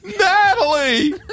Natalie